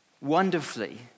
wonderfully